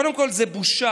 קודם כול זו בושה,